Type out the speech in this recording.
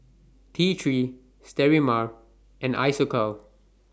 T three Sterimar and Isocal